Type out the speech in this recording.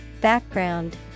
Background